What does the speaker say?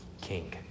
king